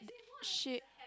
she